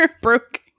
Broke